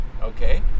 Okay